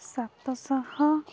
ସାତଶହ